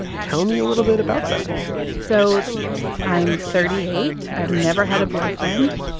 tell me a little bit about that so i'm thirty eight. i've never had a boyfriend,